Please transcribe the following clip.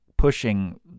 pushing